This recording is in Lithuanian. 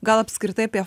gal apskritai apie